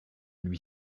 lui